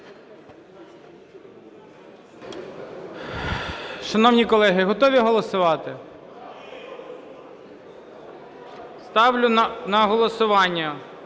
Шановні колеги, готові голосувати? Ставлю на голосування